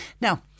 Now